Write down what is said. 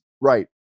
Right